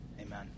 Amen